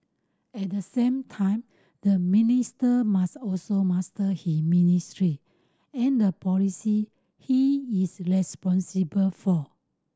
at the same time the minister must also master his ministry and the policy he is responsible for